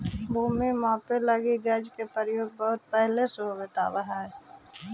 भूमि मापे लगी गज के प्रयोग बहुत पहिले से होवित आवित हइ